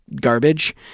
garbage